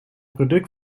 product